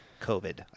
COVID